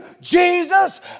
Jesus